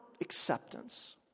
acceptance